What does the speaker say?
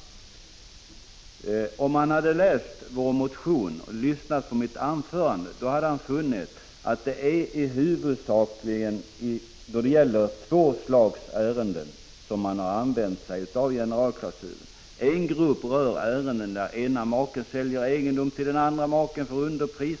Om Egon Jacobsson hade läst vår motion och lyssnat till mitt anförande här i kammaren hade han funnit att det huvudsakligen är i två slags ärenden som generalklausulen har använts. En grupp rör ärenden där den ene maken säljer egendom till den andra för underpris.